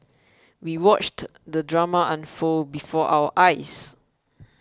we watched the drama unfold before our eyes